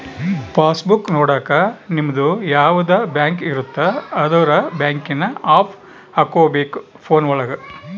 pass book ನೊಡಕ ನಿಮ್ಡು ಯಾವದ ಬ್ಯಾಂಕ್ ಇರುತ್ತ ಅದುರ್ ಬ್ಯಾಂಕಿಂಗ್ ಆಪ್ ಹಕೋಬೇಕ್ ಫೋನ್ ಒಳಗ